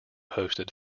hosted